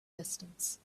distance